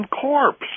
Corpse